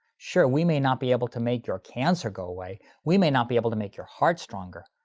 sure, we may not be able to make your cancer go away, we may not be able to make your heart stronger.